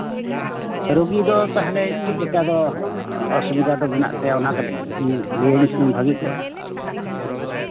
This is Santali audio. ᱨᱩᱜᱤ ᱫᱚ ᱛᱟᱦᱚᱞᱮ ᱪᱮᱫ ᱞᱮᱠᱟ ᱫᱚ ᱚᱥᱩᱵᱤᱫᱷᱟ ᱫᱚ ᱢᱮᱱᱟᱜ ᱛᱟᱭᱟ ᱚᱱᱟ ᱫᱚ ᱠᱟᱹᱴᱤᱡ ᱞᱟᱹᱭᱟᱹᱧ ᱠᱷᱟᱱ ᱵᱷᱟᱹᱜᱮ ᱠᱚᱜᱼᱟ